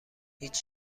هیچ